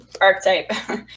archetype